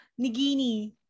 Nigini